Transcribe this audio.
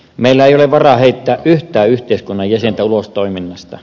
meillä ei ole varaa heittää yhtään yhteiskunnan jäsentä ulos toiminnasta